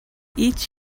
each